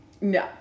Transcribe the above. no